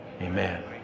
amen